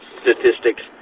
statistics